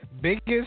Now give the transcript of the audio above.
Biggest